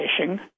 fishing